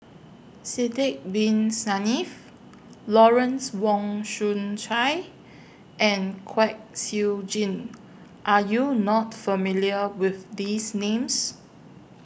Sidek Bin Saniff Lawrence Wong Shyun Tsai and Kwek Siew Jin Are YOU not familiar with These Names